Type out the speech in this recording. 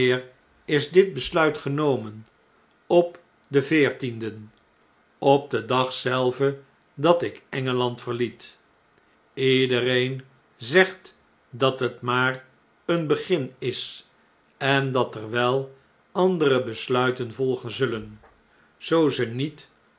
is dit besluit genomen op den veertienden op den dag zelven dat ik en gel and verliet ledereen zegt dat het maar een begin is en dat er wel andere besluiten volgen zullen zoo ze niet